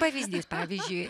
pavyzdys pavyzdžiui